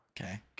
Okay